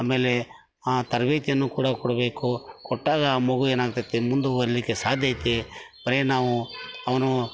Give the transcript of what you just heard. ಆಮೇಲೆ ಆ ತರಬೇತಿಯನ್ನು ಕೂಡ ಕೊಡಬೇಕು ಕೊಟ್ಟಾಗ ಆ ಮಗು ಏನಾಗ್ತದೆ ಮುಂದುವರೀಲಿಕ್ಕೆ ಸಾಧ್ಯ ಐತಿ ಬರೀ ನಾವು ಅವನು